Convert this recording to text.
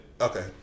Okay